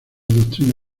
doctrina